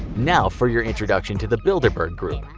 now for your introduction to the bilderberg group.